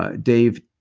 ah dave,